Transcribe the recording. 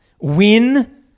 win